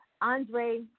Andre